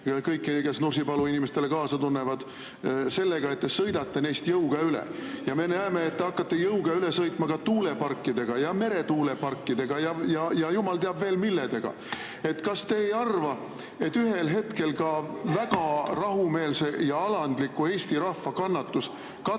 kõiki, kes Nursipalu inimestele kaasa tunnevad – sellega, et te sõidate neist jõuga üle. Me näeme, et te hakkate jõuga üle sõitma ka tuuleparkidega ja meretuuleparkidega ja jumal teab veel millega. Kas te ei arva, et ühel hetkel ka väga rahumeelse ja alandliku Eesti rahva kannatus